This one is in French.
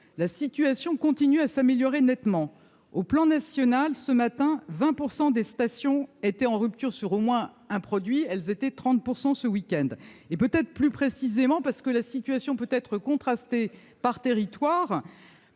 la situation continue à s'améliorer nettement au plan national, ce matin, 20 % des stations étaient en rupture sur au moins un produit, elles étaient 30 % ce week-end, et peut être plus précisément parce que la situation peut être contrastée par territoire,